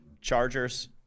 Chargers